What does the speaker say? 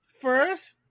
first